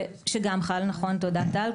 שגם שם --- שגם חל, נכון, תודה, טל.